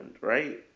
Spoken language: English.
right